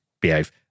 behave